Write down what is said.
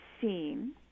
seen